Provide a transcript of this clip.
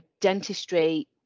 dentistry